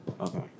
Okay